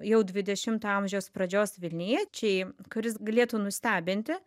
jau dvidešimto amžiaus pradžios vilniečiai kuris galėtų nustebinti